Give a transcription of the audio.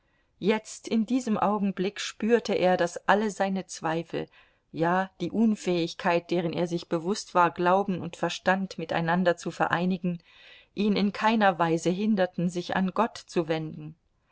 jetzt in diesem augenblick spürte er daß alle seine zweifel ja die unfähigkeit deren er sich bewußt war glauben und verstand miteinander zu vereinigen ihn in keiner weise hinderten sich an gott zu wenden